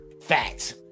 Facts